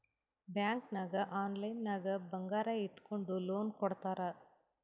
bank ನಾಗ್ online ನಾಗೆ ಬಂಗಾರ್ ಇಟ್ಗೊಂಡು ಲೋನ್ ಕೊಡ್ತಾರ್